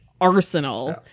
arsenal